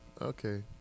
Okay